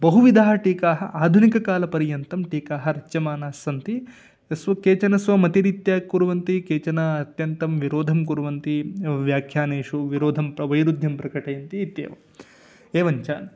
बहुविधाः टीकाः आधुनिककालपर्यन्तं टीकाः रच्यमानास्सन्ति सु केचन स्वमतिरीत्या कुर्वन्ति केचन अत्यन्तं विरोधं कुर्वन्ति व्याख्यानेषु विरोधं वैरुध्यं प्रकटयन्ति इत्येवं एवञ्च